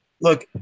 look